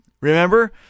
remember